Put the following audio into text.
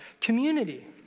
community